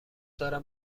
دارم